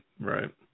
right